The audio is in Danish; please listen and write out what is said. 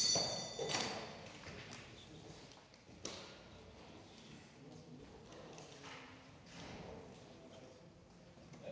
Tak,